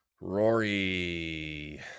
Rory